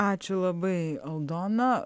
ačiū labai aldona